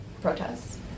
protests